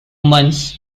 months